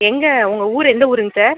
எங்கே உங்கள் ஊரு எந்த ஊருங்க சார்